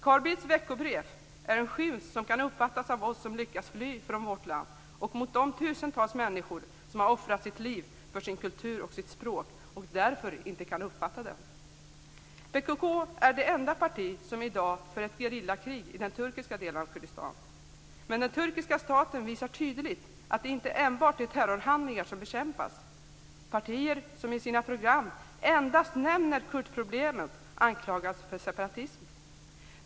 Carl Bildts veckobrev är en skymf som kan uppfattas av oss som lyckats fly från vårt land och mot de tusentals människor som har offrat sitt liv för sin kultur och sitt språk och därför inte kan uppfatta den. PKK är det enda parti som i dag för ett gerillakrig i den turkiska delen av Kurdistan. Men den turkiska staten visar tydligt att det inte enbart är terrorhandlingar som bekämpas. Partier som i sina program endast nämner kurdproblemet anklagas för separatism.